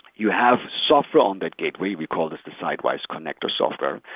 you have software on that gateway. we call this the sidewise connector software,